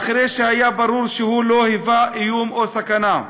אחרי שהיה ברור שהוא לא היווה איום או סכנה,